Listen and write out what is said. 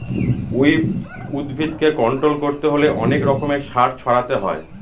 weed উদ্ভিদকে control করতে হলে অনেক রকমের সার ছড়াতে হয়